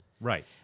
Right